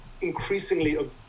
increasingly